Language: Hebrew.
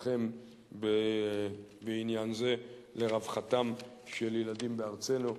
דרככם בעניין זה, לרווחתם של ילדים בארצנו.